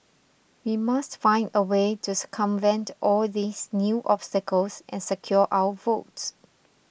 we must find a way to circumvent all these new obstacles and secure our votes